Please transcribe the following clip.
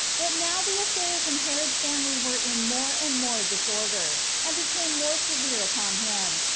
but now the affairs in herod's family were in more and more disorder, and became more severe upon him,